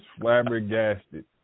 flabbergasted